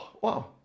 Wow